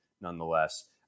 Nonetheless